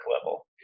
level